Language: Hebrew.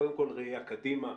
קודם כל ראיה קדימה.